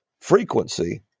frequency